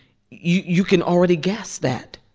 you can already guess that.